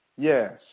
Yes